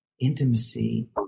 Intimacy